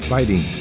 Fighting